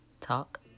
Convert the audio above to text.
talk